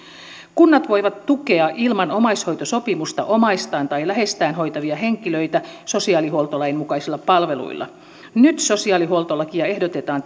kunnat voivat tukea ilman omaishoitosopimusta omaistaan tai läheistään hoitavia henkilöitä sosiaalihuoltolain mukaisilla palveluilla nyt sosiaalihuoltolakia ehdotetaan